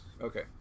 Okay